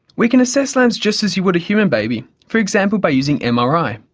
we can assess lambs just as you would a human baby. for example, by using um mri.